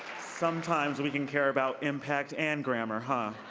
sometimes we can care about impact and grammar. and